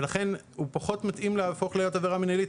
לכן הוא פחות מתאים להפוך להיות עבירה מנהלית.